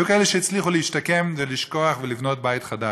היו כאלה שהצליחו להשתקם ולשכוח ולבנות בית חדש,